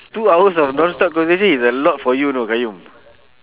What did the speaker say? two hours of non-stop conversation is a lot for you you know qayyum